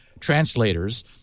Translators